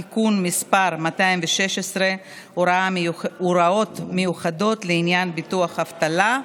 תיקון מס' 216) (הוראות מיוחדות לעניין ביטוח אבטלה),